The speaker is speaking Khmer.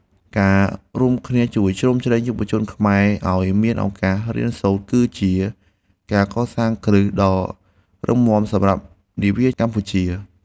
ការរួមគ្នាជួយជ្រោមជ្រែងយុវជនខ្មែរឱ្យមានឱកាសរៀនសូត្រគឺជាការកសាងគ្រឹះដ៏រឹងមាំសម្រាប់នាវាកម្ពុជា។